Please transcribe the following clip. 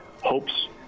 hopes